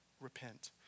repent